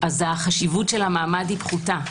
חשיבות המעמד היא פחותה.